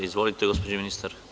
Izvolite, gospođo ministar.